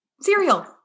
cereal